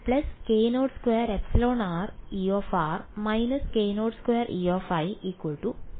അതിനാൽ ∇2E − Ei k02εrE − k02Ei 0